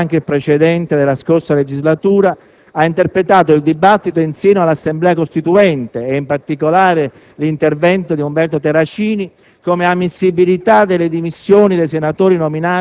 Il presidente Marini, intendendo così anche il precedente della scorsa legislatura, ha interpretato il dibattito in seno all'Assemblea costituente, e in particolare l'intervento di Umberto Terracini,